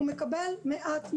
הוא מקבל מעט מדי,